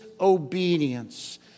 obedience